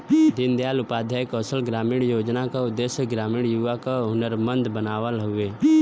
दीन दयाल उपाध्याय कौशल ग्रामीण योजना क उद्देश्य ग्रामीण युवा क हुनरमंद बनावल हउवे